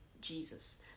Jesus